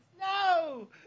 No